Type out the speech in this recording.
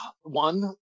One